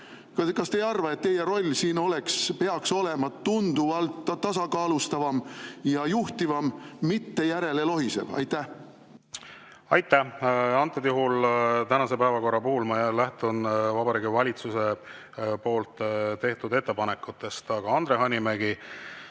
Kas te ei arva, et teie roll siin peaks olema tunduvalt tasakaalustavam ja juhtivam, mitte järele lohisev? Aitäh! Antud juhul, tänase päevakorra puhul ma lähtun Vabariigi Valitsuse tehtud ettepanekutest. Andre Hanimägi,